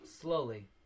slowly